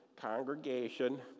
congregation